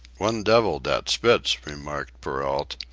one devil, dat spitz, remarked perrault.